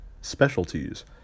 specialties